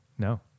No